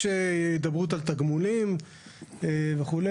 יש הידברות על תגמולים וכו'.